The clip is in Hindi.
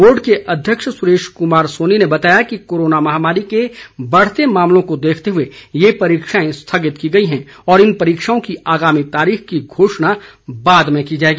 बोर्ड के अध्यक्ष सुरेश कुमार सोनी ने बताया कि कोरोना महामारी के बढ़ते मामलों को देखते हुए ये परीक्षाए स्थगित की गई हैं और इन परीक्षाओं की आगामी तारीख की घोषणा बाद में की जाएगी